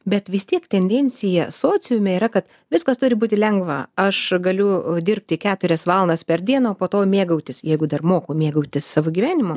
bet vis tiek tendencija sociume yra kad viskas turi būti lengva aš galiu dirbti keturias valandas per dieną po to mėgautis jeigu dar moku mėgautis savo gyvenimu